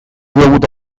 dovuto